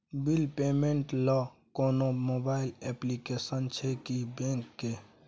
Bill payment ल कोनो mobile application छै की बैंक के?